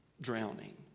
drowning